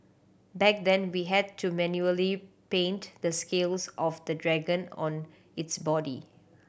back then we had to manually paint the scales of the dragon on its body